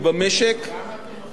בכמה אתה מפחית את הגירעון, תגיד לי?